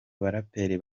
baraperi